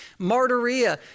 martyria